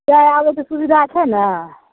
जाए आबैके सुबिधा छै ने